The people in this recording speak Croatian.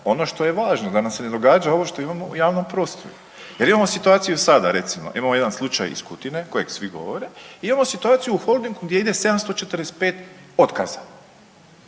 ono što je važno da nam se ne događa ovo što imamo u javnom prostoru jer imamo situaciju sada recimo, imamo jedan slučaj iz Kutine kojeg svi govore i imamo situaciju u Holdingu gdje ide 745 otkaza.